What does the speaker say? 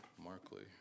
Markley